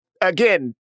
again